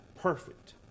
Perfect